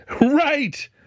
right